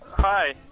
Hi